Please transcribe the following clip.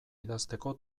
idazteko